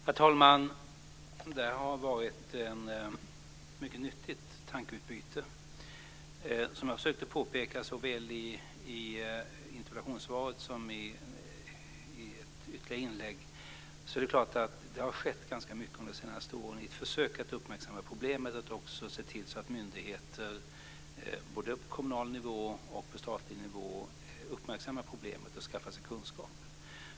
Herr talman! Det har varit ett mycket nyttigt tankeutbyte. Som jag försökte påpeka såväl i interpellationssvaret som i ett senare inlägg är det klart att det har skett ganska mycket under de senaste åren i ett försök att uppmärksamma problemet och att också se till att myndigheter både på kommunal nivå och på statlig nivå uppmärksammar problemet och skaffar sig kunskap.